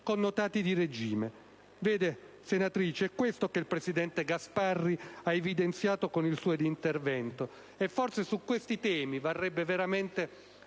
connotati di regime. Senatrice, è questo che il presidente Gasparri ha evidenziato con il suo intervento. Forse su questi temi varrebbe veramente